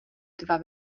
dva